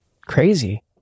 Crazy